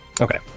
Okay